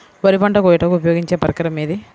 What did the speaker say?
వరి పంట కోయుటకు ఉపయోగించే పరికరం ఏది?